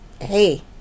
hey